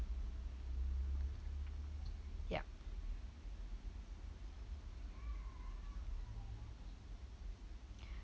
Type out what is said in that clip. yup